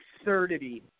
absurdity